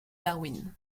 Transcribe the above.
darwin